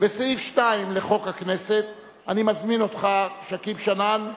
וסעיף 2 לחוק הכנסת, אני מזמין אותך, שכיב שנאן,